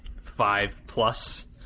five-plus